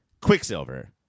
Quicksilver